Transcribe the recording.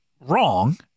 wrong